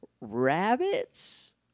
rabbits